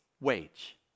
wage